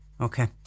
Okay